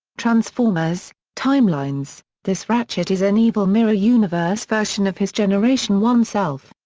transformers timelines this ratchet is an evil mirror universe version of his generation one self.